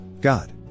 God